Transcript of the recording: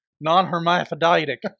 non-hermaphroditic